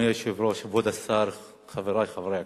אדוני היושב-ראש, כבוד השר, חברי חברי הכנסת,